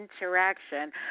interaction